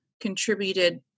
contributed